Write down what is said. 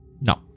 No